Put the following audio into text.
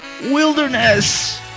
Wilderness